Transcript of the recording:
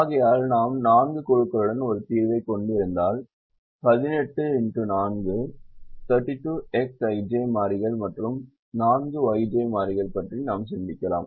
ஆகையால் நாம் 4 குழுக்களுடன் ஒரு தீர்வைக் கொண்டிருந்தால் 18x4 32Xij மாறிகள் மற்றும் 4Yj மாறிகள் பற்றி நாம் சிந்திக்கலாம்